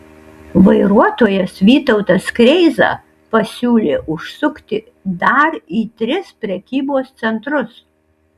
vairuotojas vytautas kreiza pasiūlė užsukti dar į tris prekybos centrus